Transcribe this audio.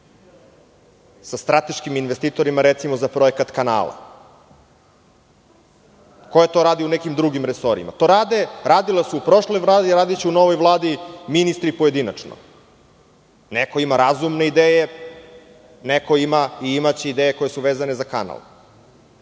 sa strateškim investitorima, recimo, za projekat kanala? Ko je to radio u nekim drugim resorima? To rade, radila su u prošloj Vladi, radiće u novoj Vladi ministri pojedinačno. Neko ima razumne ideje, a neko ima i imaće ideje koje su vezane za kanal. Mislim